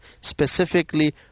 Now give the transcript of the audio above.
specifically